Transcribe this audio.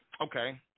Okay